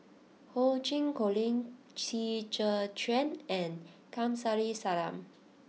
Ho Ching Colin Qi Zhe Quan and Kamsari Salam